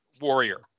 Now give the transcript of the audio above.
warrior